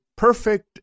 Perfect